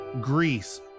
greece